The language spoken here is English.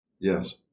Yes